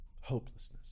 hopelessness